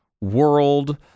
world